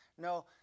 No